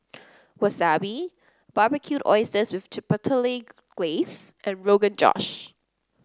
Wasabi Barbecued Oysters with Chipotle Glaze and Rogan Josh